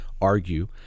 argue